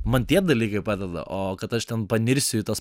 man tie dalykai padeda o kad aš ten panirsiu į tuos